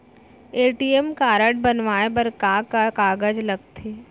ATM card बनवाये बर का का कागज लगथे?